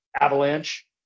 avalanche